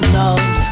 love